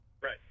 Right